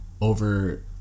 over